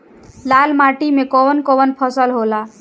लाल माटी मे कवन कवन फसल होला?